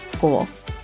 goals